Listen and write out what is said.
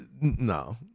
No